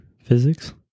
physics